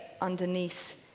underneath